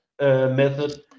method